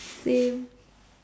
same